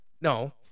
No